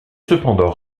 cependant